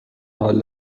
حال